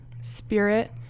spirit